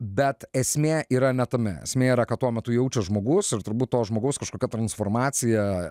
bet esmė yra ne tame esmė yra ką tuo metu jaučia žmogus ir turbūt to žmogaus kažkokia transformacija